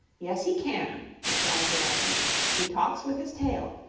yes, he can, replied dorothy he talks with his tail,